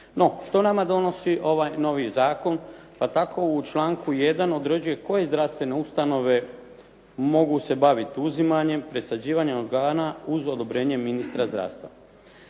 No, što nama donosi ovaj novi zakon, pa tako u članku 1. određuje koje zdravstvene ustanove mogu se baviti uzimanjem, presađivanjem organa uz odobrenje ministra zdravstva.